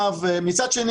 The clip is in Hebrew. מצד שני,